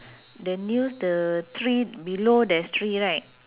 the news the three below there's three right